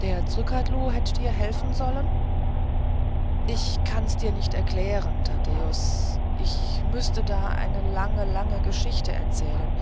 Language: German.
der zrcadlo hätt dir helfen sollen ichd kann dir das nicht erklären taddäus ich müßte da eine lange lange geschichte erzählen